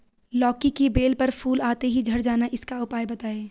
लौकी की बेल पर फूल आते ही झड़ जाना इसका उपाय बताएं?